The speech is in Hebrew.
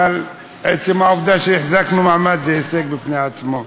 אבל עצם העובדה שהחזקנו מעמד זה הישג בפני עצמו.